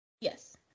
Yes